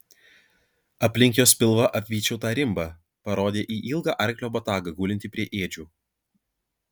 aplink jos pilvą apvyčiau tą rimbą parodė į ilgą arklio botagą gulintį prie ėdžių